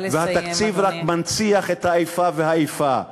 והתקציב רק מנציח את האיפה והאיפה.